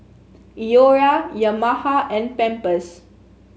Iora Yamaha and Pampers